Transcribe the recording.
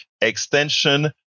extension